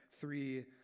three